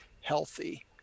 healthy